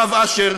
הרב אשר,